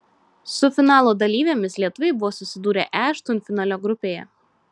su finalo dalyvėmis lietuviai buvo susidūrę e aštuntfinalio grupėje